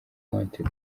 wanted